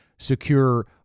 Secure